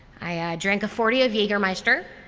i drank a forty jagermeister,